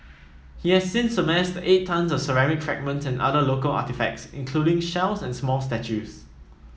he has since amassed eight tonnes of ceramic fragments and other local artefacts including shells and small statues